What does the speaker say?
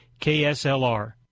KSLR